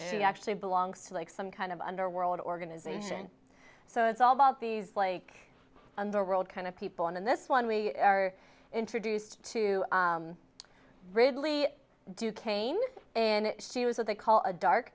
she actually belongs to like some kind of underworld organization so it's all about these blake and the world kind of people in this one we are introduced to ridley duquesne and she was what they call a dark